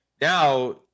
now